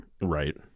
Right